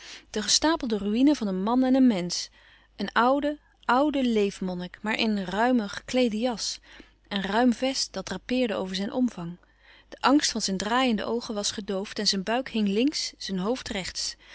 de gestapelde ruïne van een man en een mensch een oude oude leef monnik maar in ruime gekleede jas en ruim vest dat drapeerde over zijn omvang de angst van zijn draaiende oogen was gedoofd en zijn buik hing links zijn hoofd rechts